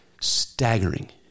staggering